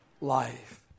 life